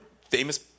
famous